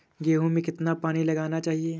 गेहूँ में कितना पानी लगाना चाहिए?